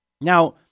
Now